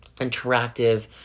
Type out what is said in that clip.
interactive